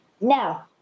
now